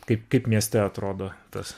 kaip kaip mieste atrodo tas